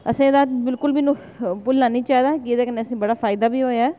असें एह्दा बिल्कुल बी निं भुल्लना चाहिदा एह्दे कन्नै असेंगी बड़ा फायदा बी होआ ऐ